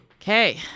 Okay